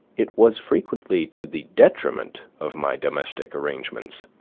it was frequently to the detriment of my domestic arrangements.